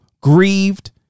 grieved